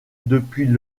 depuis